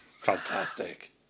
Fantastic